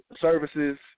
services